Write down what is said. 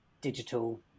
digital